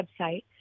website